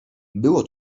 było